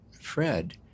Fred